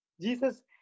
Jesus